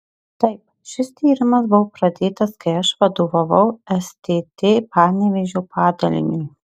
taip šis tyrimas buvo pradėtas kai aš vadovavau stt panevėžio padaliniui